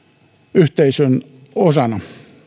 yhteisön osana